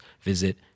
visit